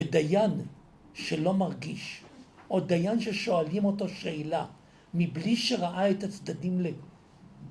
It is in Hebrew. ‫דיין שלא מרגיש, ‫או דיין ששואלים אותו שאלה ‫מבלי שראה את הצדדים ל...